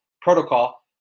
protocol